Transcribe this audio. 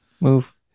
Move